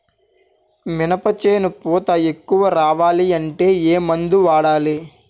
మినప చేను పూత ఎక్కువ రావాలి అంటే ఏమందు వాడాలి?